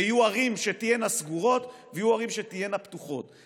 ויהיו ערים שתהיינה סגורות ויהיו ערים שתהיינה פתוחות.